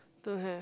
don't have